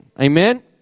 Amen